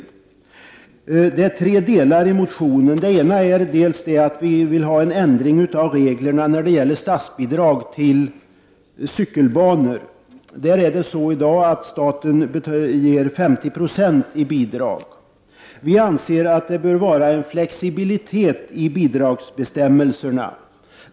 Motionen har tre delar. Den första delen gäller att vi vill ha en ändring av reglerna för statsbidrag till cykelbanor. I dag ger staten 50 96 i bidrag. Vi anser att det bör vara flexibilitet i bidragsbestämmelserna.